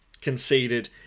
conceded